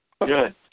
Good